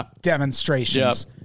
demonstrations